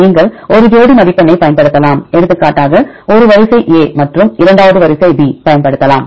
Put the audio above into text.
நீங்கள் ஒரு ஜோடி மதிப்பெண்ணைப் பயன்படுத்தலாம் எடுத்துக்காட்டாக ஒரு வரிசை a மற்றும் இரண்டாவது வரிசை b பயன்படுத்தலாம்